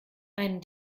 einen